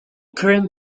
current